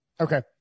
Okay